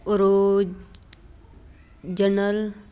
ਰੋਜ ਜਨਲ